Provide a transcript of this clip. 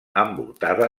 envoltada